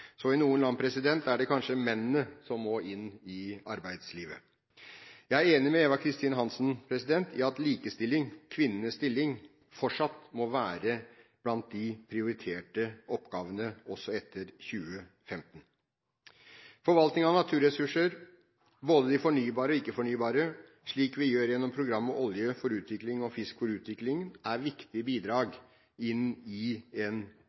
Så i noen land er det kanskje mennene som må inn i arbeidslivet. Jeg er enig med Eva Kristin Hansen i at likestilling, kvinnenes stilling, fortsatt må være blant de prioriterte oppgavene også etter 2015. Forvaltning av naturressurser, både de fornybare og de ikke-fornybare, slik vi gjør gjennom programmene Olje for Utvikling og Fisk for Utvikling, er viktige bidrag inn i en